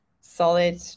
solid